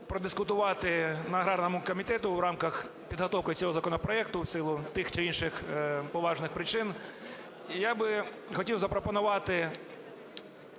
продискутувати на аграрному комітеті у рамках підготовки цього законопроекту в силу тих чи інших поважних причин. І я би хотів запропонувати